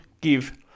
give